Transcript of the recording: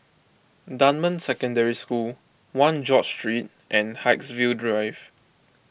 Dunman Secondary School one George Street and Haigsville Drive